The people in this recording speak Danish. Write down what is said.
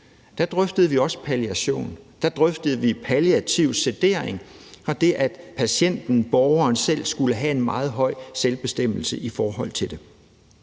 Der drøftede vi også palliation. Der drøftede vi palliativ sedering og det, at patienten, borgeren selv, skulle have en meget høj grad af selvbestemmelse i forhold til det.